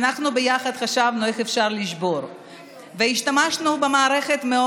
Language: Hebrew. ירושלים, הכנסת, שעה